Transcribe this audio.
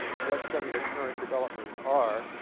what some of the current developments are.